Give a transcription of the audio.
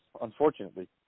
unfortunately